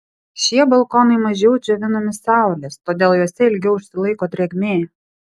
šie balkonai mažiau džiovinami saulės todėl juose ilgiau užsilaiko drėgmė